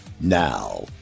Now